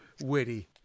witty